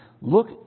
Look